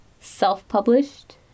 self-published